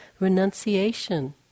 renunciation